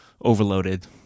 overloaded